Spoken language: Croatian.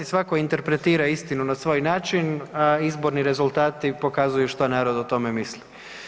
Svako interpretira istinu na svoj način, a izborni rezultati pokazuju što narod o tome misli.